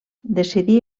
decidí